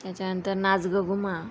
त्याच्यानंतर नाच गं घुमा